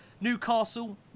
Newcastle